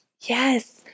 yes